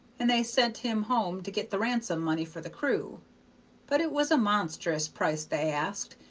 and they sent him home to get the ransom money for the crew but it was a monstrous price they asked,